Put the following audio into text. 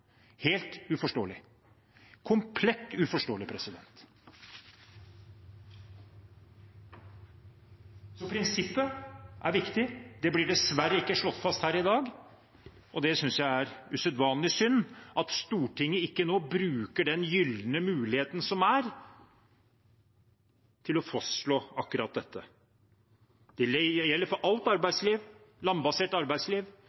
helt uforståelig, komplett uforståelig. Prinsippet er viktig, men det blir dessverre ikke slått fast her i dag. Jeg synes det er usedvanlig synd at Stortinget ikke nå bruker den gylne muligheten som er, til å fastslå akkurat dette. Det gjelder for alt landbasert arbeidsliv,